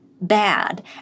bad